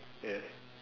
yes